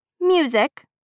music